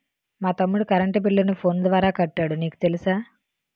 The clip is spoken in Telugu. మా తమ్ముడు కరెంటు బిల్లును ఫోను ద్వారా కట్టాడు నీకు తెలుసా